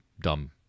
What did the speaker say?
dumb